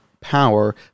power